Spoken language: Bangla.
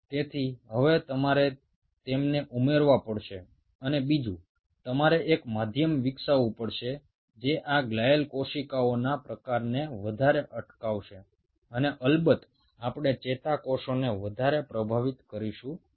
সুতরাং তোমরা এদেরকে যোগ করবে এবং দ্বিতীয়ত তোমাদেরকে এমন একটা মিডিয়াম তৈরি করতে হবে যা এই গ্লিয়াল কোষগুলোর অতিরিক্ত বিস্তারকে প্রতিহত করবে এবং অবশ্যই আমরা আমাদের নিউরনকে বেশি প্রভাবিত করতে চাইবো না